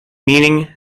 meaning